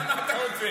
אני יודע מה אתה רוצה.